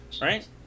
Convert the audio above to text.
Right